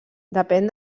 depèn